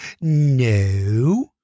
No